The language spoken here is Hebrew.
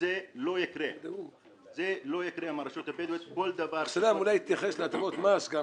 אולי תתייחס להטבות מס.